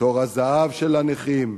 "תור הזהב של הנכים".